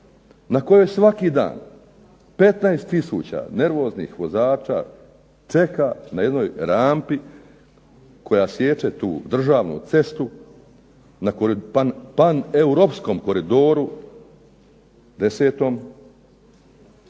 na kojoj svaki dan 15 tisuća nervoznih vozača čeka na jednoj rampi koja siječe tu državnu cestu na paneuropskom koridoru desetom